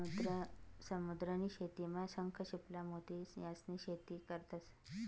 समुद्र नी शेतीमा शंख, शिंपला, मोती यास्नी शेती करतंस